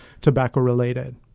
tobacco-related